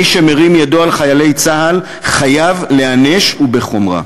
מי שמרים ידו על חיילי צה"ל חייב להיענש, ובחומרה.